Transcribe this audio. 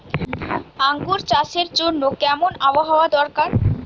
আঙ্গুর চাষের জন্য কেমন আবহাওয়া দরকার?